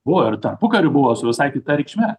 buvo ir tarpukariu buvo su visai kita reikšme